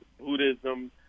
Buddhism